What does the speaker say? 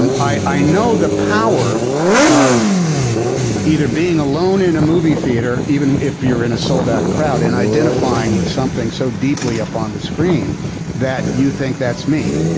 um i know the power of either being alone in a movie theater, even if you're in a sold-out crowd and identifying with something so deeply up on the screen that you think that's me.